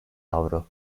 avro